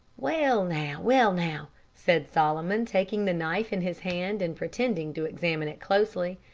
well, now, well, now, said solomon, taking the knife in his hand and pretending to examine it closely.